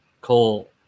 Cole